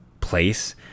place